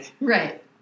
Right